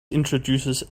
introduces